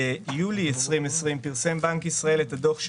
ביולי 2020 פרסם בנק ישראל את הדוח שלו,